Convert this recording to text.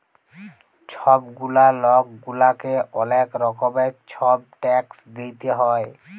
ছব গুলা লক গুলাকে অলেক রকমের ছব ট্যাক্স দিইতে হ্যয়